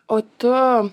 o tu